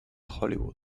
hollywood